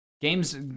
Games